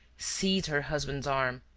seized her husband's arm,